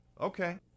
Okay